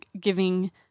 giving